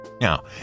Now